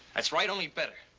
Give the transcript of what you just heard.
that's right, only better.